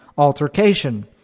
altercation